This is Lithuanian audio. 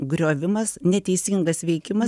griovimas neteisingas veikimas